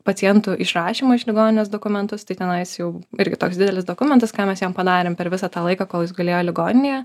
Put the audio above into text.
pacientų išrašymo iš ligoninės dokumentus tai tenais jau irgi toks didelis dokumentas ką mes jam padarėm per visą tą laiką kol jis gulėjo ligoninėje